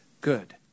good